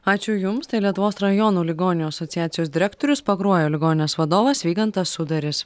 ačiū jums tai lietuvos rajonų ligoninių asociacijos direktorius pakruojo ligoninės vadovas vygantas sudaris